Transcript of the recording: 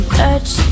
touch